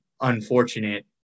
unfortunate